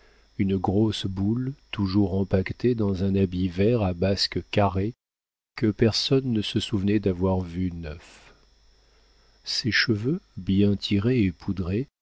une grosse boule toujours empaquetée dans un habit vert à basques carrées que personne ne se souvenait d'avoir vu neuf ses cheveux bien tirés et poudrés